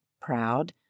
proud